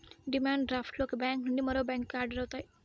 demand draft లు ఒక bank నుండి మరో బ్యాంకుకి ఆర్డర్ అవుతాయి